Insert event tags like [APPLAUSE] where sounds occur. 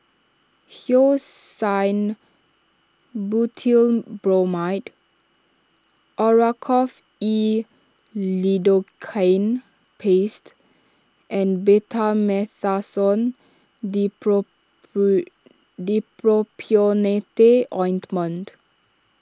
Hyoscine Butylbromide Oracort E Lidocaine Paste and Betamethasone [UNINTELLIGIBLE] Dipropionate Ointment